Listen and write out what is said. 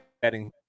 betting